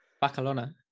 barcelona